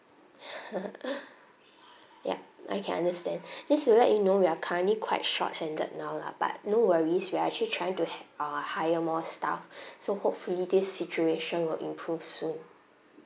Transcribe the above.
yup I can understand just to let you know we are currently quite short handed now lah but no worries we are actually trying to hi err hire more staff so hopefully this situation will improve soon